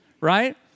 right